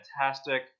fantastic